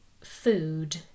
food